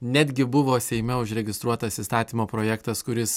netgi buvo seime užregistruotas įstatymo projektas kuris